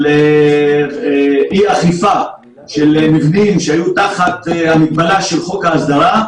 של אי אכיפה של מבנים שהיו תחת המגבלה של חוק ההסדרה,